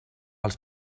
els